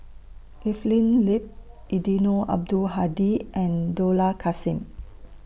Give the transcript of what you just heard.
Evelyn Lip Eddino Abdul Hadi and Dollah Kassim